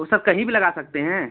वो सब कहीं भी लगा सकते हैं